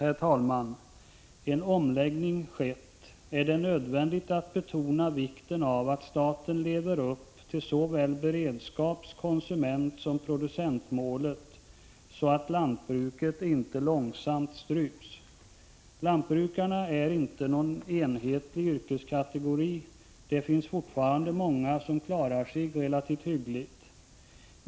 Intill dess en omläggning skett är det nödvändigt att betona vikten av att staten lever upp till beredskaps-, konsumentoch producentmålet så att lantbruket inte långsamt stryps. Lantbrukarna är inte någon enhetlig yrkeskategori. Det finns många som fortfarande klarar sig hyggligt.